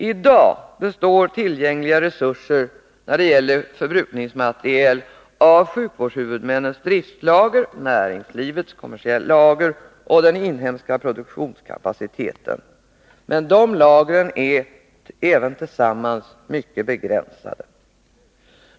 I dag består tillgängliga resurser när det gäller förbrukningsmateriel av sjukvårdshuvudmännens driftslager, näringslivets kommersiella lager och den inhemska produktionskapaciteten. Men de lagren är, även tillsammans, mycket begränsade.